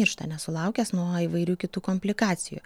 miršta nesulaukęs nuo įvairių kitų komplikacijų